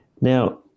Now